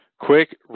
quick